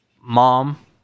mom